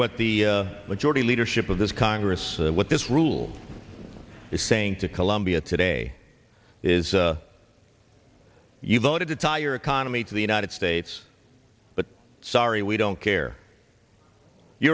what the majority leadership of this congress what this rule is saying to colombia today is you voted to tie your economy to the united states but sorry we don't care you